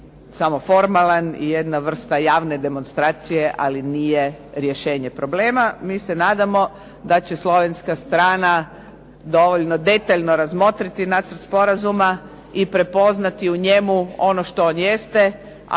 samo formalan i jedna vrsta javne demonstracije, ali nije rješenje problema. Mi se nadamo da će slovenska strana dovoljno detaljno razmotriti nacrt sporazuma i prepoznati u njemu ono što on jeste,